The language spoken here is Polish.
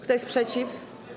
Kto jest przeciw?